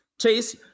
Chase